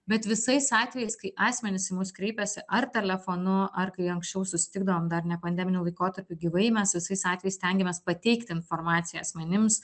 bet visais atvejais kai asmenys į mus kreipiasi ar telefonu ar kai anksčiau susitikdavom dar nepandeminiu laikotarpiu gyvai mes visais atvejais stengiamės pateikti informaciją asmenims